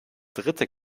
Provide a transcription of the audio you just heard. dritte